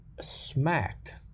smacked